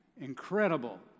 Incredible